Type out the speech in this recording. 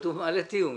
הוא מעלה טיעון